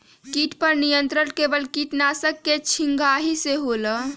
किट पर नियंत्रण केवल किटनाशक के छिंगहाई से होल?